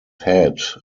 head